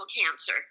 cancer